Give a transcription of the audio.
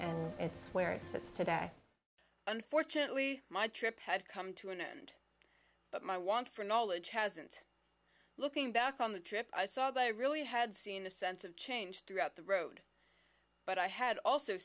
it's where it's that's today unfortunately my trip had come to an end but my want for knowledge hasn't looking back on the trip i saw that i really had seen the sense of change throughout the road but i had also